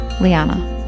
Liana